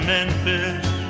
Memphis